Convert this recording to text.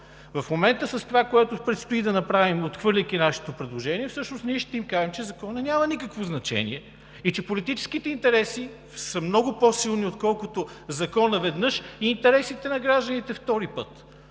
В момента с това, което предстои да направим, отхвърляйки нашето предложение, всъщност ние ще им кажем, че законът няма никакво значение и че политическите интереси са много по-силни, отколкото Законът – веднъж, и интересите на гражданите – втори път,